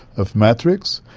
of matrix,